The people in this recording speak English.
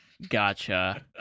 Gotcha